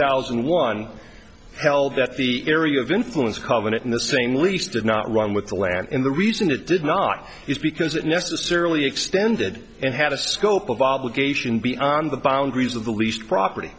thousand one held that the area of influence covenant in the same lease did not run with the land in the reason it did not is because it necessarily extended and had a scope of obligation be on the boundaries of the least property